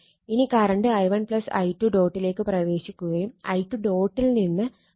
ഇനി current i1 i2 ഡോട്ടിലേക്ക് പ്രവേശിക്കുകയും i2 ഡോട്ടിൽ നിന്ന് പുറത്ത് പോവുകയുമാണ്